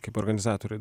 kaip organizatoriai